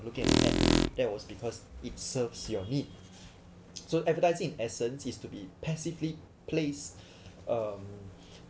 looking at that was because it serves your need so advertising in essence is to be passively placed um